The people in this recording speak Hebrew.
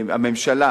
הממשלה